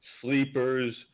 sleepers